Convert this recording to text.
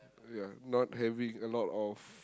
ya not having a lot of